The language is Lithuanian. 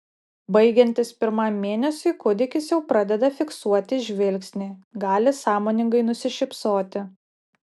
baigiantis pirmam mėnesiui kūdikis jau pradeda fiksuoti žvilgsnį gali sąmoningai nusišypsoti